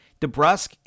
DeBrusque